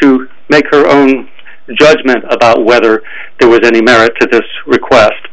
to make her own judgment about whether there was any merit to this request